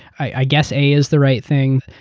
i guess a is the right thing.